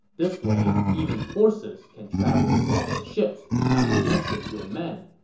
this way, even horses can travel across the ships, not to mention your men.